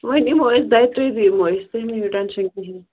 وۅنۍ یِمو أسۍ دۄیہِ ترٛیٚیہِ دۄہہِ یِمو أسۍ تُہۍ نِیِو ٹٮ۪نشَن کِہیٖنٛۍ